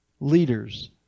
leaders